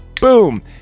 boom